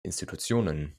institutionen